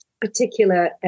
particular